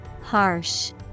Harsh